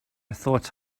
thought